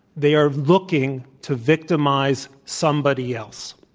they are looking to victimize somebody else.